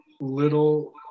little